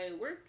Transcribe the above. work